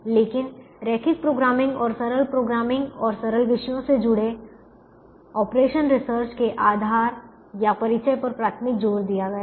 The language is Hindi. लेकिन रैखिक प्रोग्रामिंग और सरल प्रोग्रामिंग और सरल विषयों से जुड़े ऑपरेशंस रिसर्च के आधार या परिचय पर प्राथमिक जोर दिया गया है